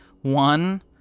One